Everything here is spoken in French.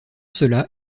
cela